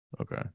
Okay